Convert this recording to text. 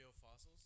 fossils